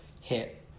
hit